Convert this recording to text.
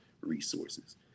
resources